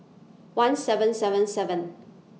one seven seven seven